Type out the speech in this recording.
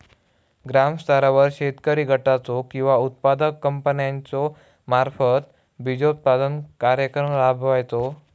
ग्रामस्तरावर शेतकरी गटाचो किंवा उत्पादक कंपन्याचो मार्फत बिजोत्पादन कार्यक्रम राबायचो?